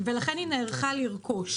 ולכן היא נערכה לרכוש.